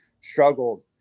struggled